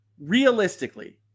realistically